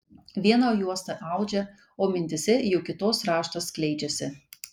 vieną juostą audžia o mintyse jau kitos raštas skleidžiasi